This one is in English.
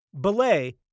Belay